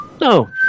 no